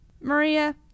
Maria